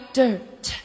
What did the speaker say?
dirt